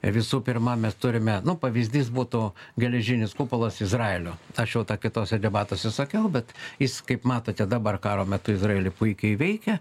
visų pirma mes turime nu pavyzdys būtų geležinis kupolas izraelio aš jau tą kituose debatuose sakiau bet jis kaip matote dabar karo metu izraely puikiai veikia